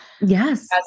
Yes